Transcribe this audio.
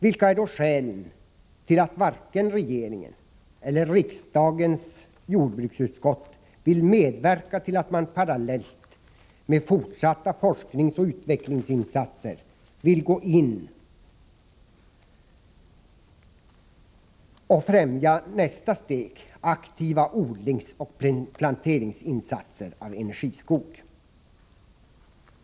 Vilka är då skälen till att varken regeringen eller riksdagens jordbruksutskott vill medverka till att parallellt med fortsatta forskningsoch utvecklingsinsatser främja nästa steg, dvs. aktiva insatser för plantering och odling av energiskog?